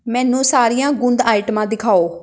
ਮੈਨੂੰ ਸਾਰੀਆਂ ਗੂੰਦ ਆਈਟਮਾਂ ਦਿਖਾਓ